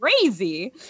crazy